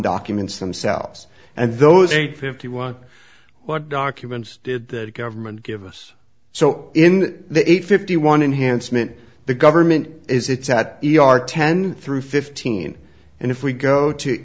documents themselves and those eight fifty one what documents did the government give us so in the eight fifty one enhanced meant the government is it's at e r ten through fifteen and if we go to